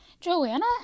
Joanna